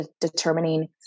determining